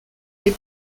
les